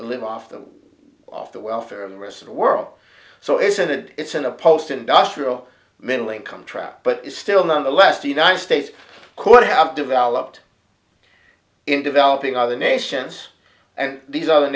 live off the off the welfare of the rest of the world so isn't it it's in a post industrial middle income trap but it's still nonetheless the united states could have developed in developing other nations and these other